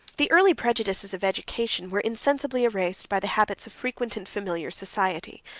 the early prejudices of education were insensibly erased by the habits of frequent and familiar society,